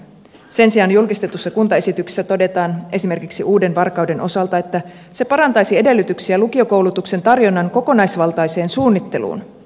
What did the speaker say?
sen sijaan julkistetussa kuntaesityksessä todetaan esimerkiksi uuden varkauden osalta että se parantaisi edellytyksiä lukiokoulutuksen tarjonnan kokonaisvaltaiseen suunnitteluun